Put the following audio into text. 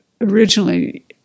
Originally